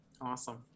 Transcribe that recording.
Awesome